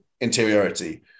interiority